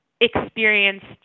experienced